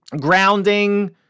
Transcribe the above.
grounding